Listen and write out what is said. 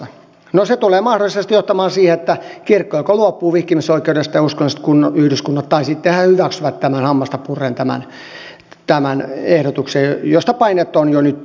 no se tulee mahdollisesti johtamaan siihen että kirkko tai uskonnollinen yhdyskunta joko luopuu vihkimisoikeudesta tai sitten he hyväksyvät hammasta purren tämän ehdotuksen josta painetta on jo nyt ilmassa